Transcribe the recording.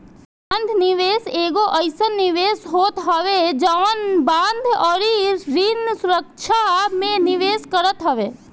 बंध निवेश एगो अइसन निवेश होत हवे जवन बांड अउरी ऋण सुरक्षा में निवेश करत हवे